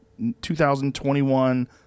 2021